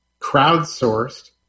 crowdsourced